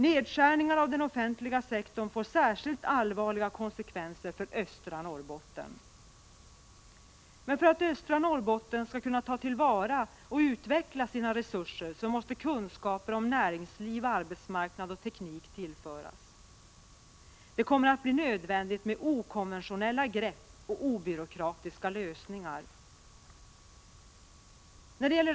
Nedskärningar av den offentliga sektorn får särskilt allvarliga konsekvenser för östra Norrbotten. Men för att östra Norrbotten skall kunna ta till vara och utveckla sina resurser måste kunskaper om näringsliv, arbetsmarknad och teknik tillföras. Det kommer att bli nödvändigt med okonventionella grepp och obyråkratiska lösningar.